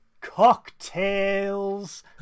cocktails